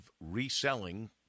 reselling